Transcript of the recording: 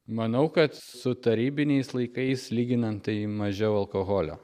manau kad su tarybiniais laikais lyginant tai mažiau alkoholio